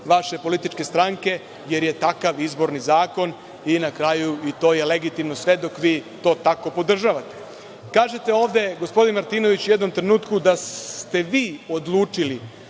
vaše političke stranke, jer je takav izborni zakon. Na kraju, i to je legitimno sve dok vi to tako podržavate. Kažete ovde, gospodin Martinović u jednom trenutku, da ste vi odlučili